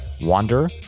wander